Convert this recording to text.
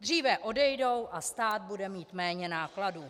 Dříve odejdou a stát bude mít méně nákladů.